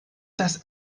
das